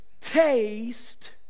taste